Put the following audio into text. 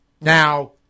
Now